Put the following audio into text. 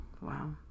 Wow